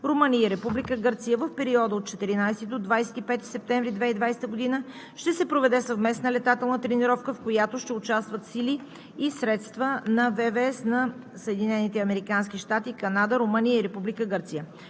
Румъния и Република Гърция в периода от 14 до 25 септември 2020 г. ще се проведе съвместна летателна тренировка, в която ще участват сили и средства на ВВС на Съединените американски щати, Канада, Румъния и Република Гърция.